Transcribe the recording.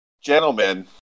Gentlemen